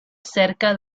cerca